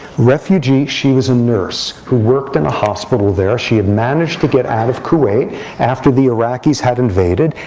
refugee, she was a nurse who worked in a hospital there. she had managed to get out of kuwait after the iraqis had invaded.